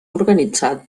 organitzat